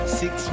six